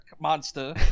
Monster